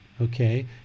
Okay